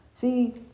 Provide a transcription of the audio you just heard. See